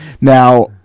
Now